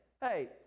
hey